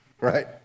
right